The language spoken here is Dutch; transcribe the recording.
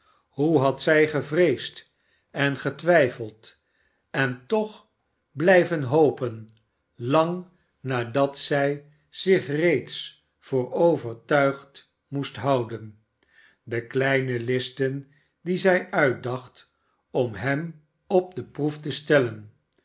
hoe had zij gevreesd en getwijfeld en toch blijven hopen voor de eerste en laatste maal lang na dat zij zich reeds voor overtuigd moest houden de kleine listen die zij uitdacht om hem op de proef te stellen